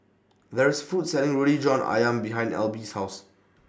There IS A Food Court Selling Roti John Ayam behind Alby's House